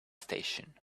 station